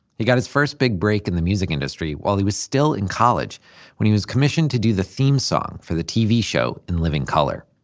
he got his first big break in the music industry while he was still in college when he was commissioned to do the theme song for the tv show in living color